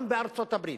גם בארצות-הברית,